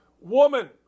Woman